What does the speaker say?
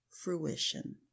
fruition